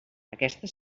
aquesta